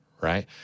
Right